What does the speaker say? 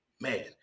Man